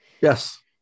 yes